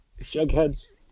Jughead's